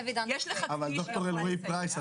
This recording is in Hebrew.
ד"ר אלרעי פרייס,